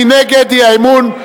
מי נגד האי-אמון?